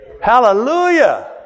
Hallelujah